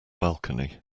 balcony